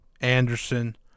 Anderson